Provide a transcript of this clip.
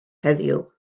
heddiw